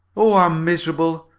oh, i'm miserable!